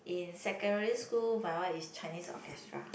in secondary school my one is Chinese Orchestra